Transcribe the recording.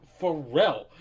Pharrell